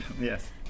Yes